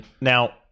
Now